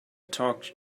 talk